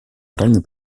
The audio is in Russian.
правильно